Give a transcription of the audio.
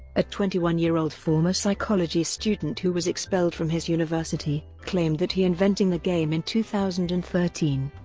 a twenty one year old former psychology student who was expelled from his university, claimed that he invented the game in two thousand and thirteen.